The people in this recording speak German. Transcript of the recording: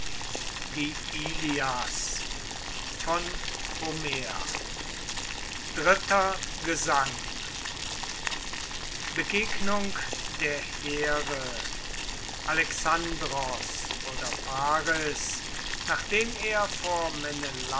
dritter gesang begegnung der heere alexandros oder paris nachdem er vor